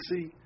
see